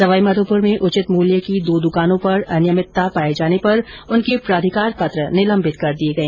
सवाईमाधोपुर में उचित मूल्य की दो दुकानों पर अनियमितता पाये जाने पर उनके प्राधिकार पत्र निलंबित किए गए